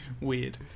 Weird